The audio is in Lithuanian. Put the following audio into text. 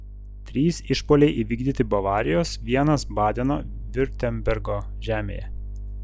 trys išpuoliai įvykdyti bavarijos vienas badeno viurtembergo žemėje